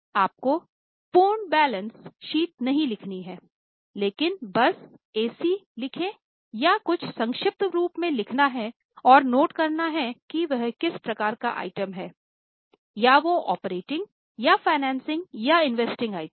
आपको पूर्ण balance sheet नहीं लिखनी है लेकिन बस एसी लिखे या कुछ संक्षिप्त रूप में लिखना है और नोट करना है कि वह किस प्रकार का आइटम है क्या वो ऑपरेटिंग आइटम है